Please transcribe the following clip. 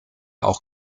auch